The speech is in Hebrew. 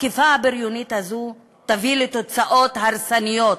התקיפה הבריונית הזו תביא לתוצאות הרסניות,